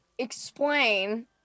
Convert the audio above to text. explain